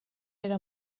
era